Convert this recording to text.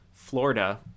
florida